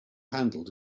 handled